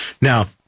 Now